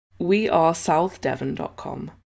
wearesouthdevon.com